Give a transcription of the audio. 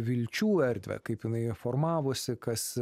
vilčių erdvę kaip jinai formavosi kas